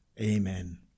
amen